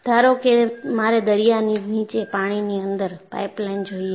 ધારો કે મારે દરિયાની નીચે પાણીની અંદર પાઈપલાઈન જોઈએ છે